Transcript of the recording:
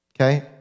Okay